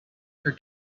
her